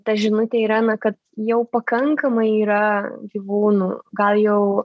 ta žinutė yra na kad jau pakankamai yra gyvūnų gal jau